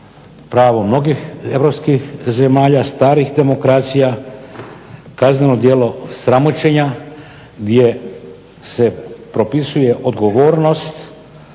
pravo mnogih europskih zemalja, starih demokracija, kazneno djelo sramoćenja gdje se propisuje odgovornost